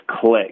click